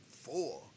four